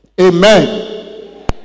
Amen